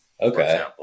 okay